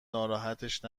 ناراحتش